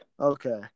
okay